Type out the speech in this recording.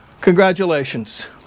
congratulations